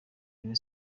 rayon